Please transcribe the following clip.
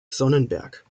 sonnenberg